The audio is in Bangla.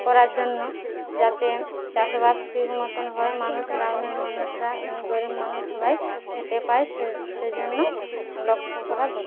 করার জন্য যাতে চাষবাস ঠিক মতন হয় মানুষ গ্রামের মানুষরা এমনি গরিব মানুষ সবাই খেতে পায় সে সেজন্য লক্ষ্য করা দরকার